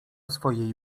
swojej